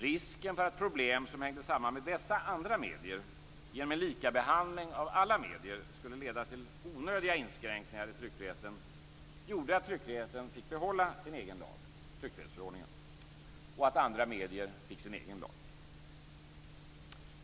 Risken för att problem som hängde samman med dessa andra medier genom en likabehandling av alla medier skulle leda till onödiga inskränkningar i tryckfriheten gjorde att tryckfriheten fick behålla sin egen lag - tryckfrihetsförordningen - och att andra medier fick sin egen lag.